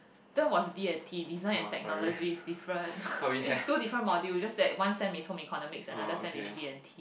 that was D and T design and technology is different it's two different module it's just that one sem is home economics another sem is D and T